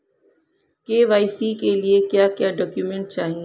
KYC के लिए क्या क्या डॉक्यूमेंट चाहिए?